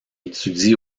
étudie